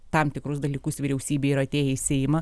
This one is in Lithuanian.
tam tikrus dalykus vyriausybė ir atėję į seimą